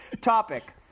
topic